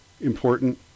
important